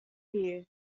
here